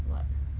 what